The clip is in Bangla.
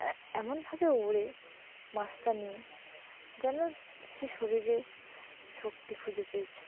অ্যা এমনভাবে উড়ে মাছটা নিয়ে যেন সে শরীরে শক্তি খুঁজে পেয়েছে